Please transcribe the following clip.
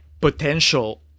potential